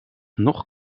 nog